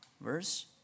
verse